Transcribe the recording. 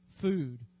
Food